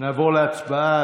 נעבור להצבעה.